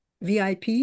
VIP